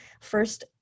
First